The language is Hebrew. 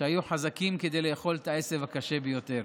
שהיו חזקים כדי לאכול את העשב הקשה ביותר.